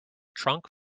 trunk